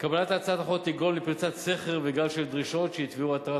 קבלת הצעת החוק תגרום לפריצת סכר וגל של דרישות שיתבעו התרת